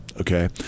Okay